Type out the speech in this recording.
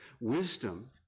wisdom